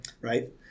Right